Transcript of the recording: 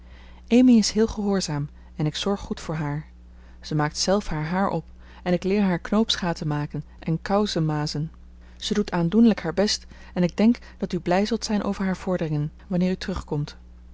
amy is heel gehoorzaam en ik zorg goed voor haar ze maakt zelf haar haar op en ik leer haar knoopsgaten maken en kousen mazen zij doet aandoenlijk haar best en ik denk dat u blij zult zijn over haar vorderingen wanneer u terugkomt